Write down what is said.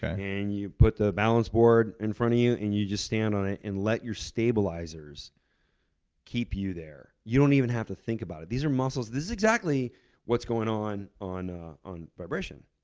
ah and you put the balance board in front of you, and you just stand on it and let your stabilizers keep you there. you don't even have to think about it. these are muscles. this is exactly what's going on on ah on vibration.